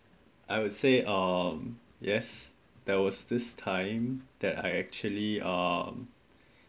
i will say um yes that was this time that I actually um like you know I mention about how I